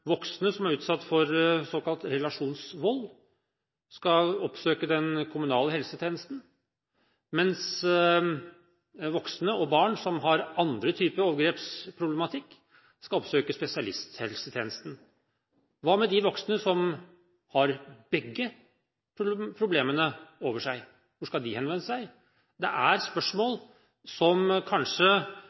voksne som er utsatt for såkalt relasjonsvold, skal oppsøke den kommunale helsetjenesten, mens voksne og barn som har andre typer overgrepsproblematikk, skal oppsøke spesialisthelsetjenesten. Hva med de voksne som har begge problemene over seg, hvor skal de henvende seg? Det er spørsmål kanskje vi som